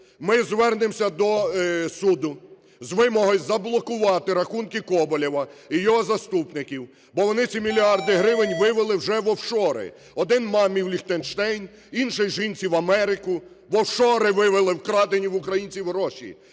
ми звернемося до суду з вимогою заблокувати рахунки Коболєва і його заступників, бо вони ці мільярди гривень вивели вже в офшори. Один – мамі в Ліхтенштейн, інший – жінці в Америку. В офшори вивели вкрадені в українців гроші.